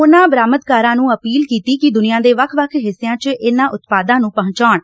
ਉਨਾਂ ਬਰਾਮਦਕਾਰਾਂ ਨੂੰ ਅਪੀਲ ਕੀਤੀ ਕਿ ਦੁਨੀਆਂ ਦੇ ਵੱਖ ਵੱਖ ਹਿੱਸਿਆਂ ਚ ਇਨਾਂ ਉਤਪਾਦਾਂ ਨੂੰ ਪਹੁੰਚਾਣ